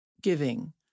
giving